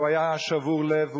והוא היה שבור לב,